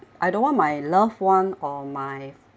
I don't want my loved one or my